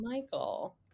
Michael